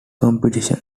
competition